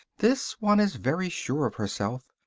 this one is very sure of herself,